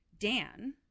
Dan